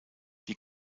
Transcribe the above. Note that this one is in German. die